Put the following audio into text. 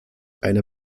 eine